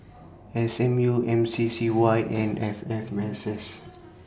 S M U M C C Y and F F Mss